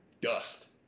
dust